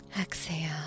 exhale